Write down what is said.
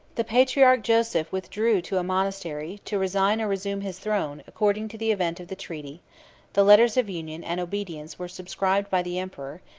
the patriarch joseph withdrew to a monastery, to resign or resume his throne, according to the event of the treaty the letters of union and obedience were subscribed by the emperor,